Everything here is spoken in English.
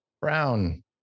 brown